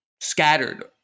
scattered